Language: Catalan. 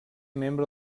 membre